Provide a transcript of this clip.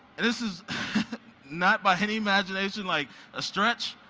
and this is not by any imagination like a stretch.